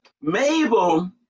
Mabel